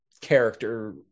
character